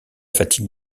fatigue